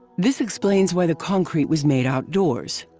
this explains why the concrete was made outdoors